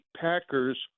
Packers